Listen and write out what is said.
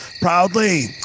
proudly